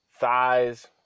Thighs